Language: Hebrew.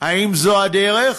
האם זו הדרך?